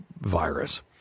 virus